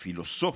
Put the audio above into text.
הפילוסוף,